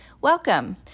Welcome